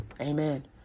Amen